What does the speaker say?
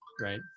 right